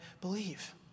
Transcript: believe